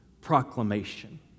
proclamation